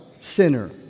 sinner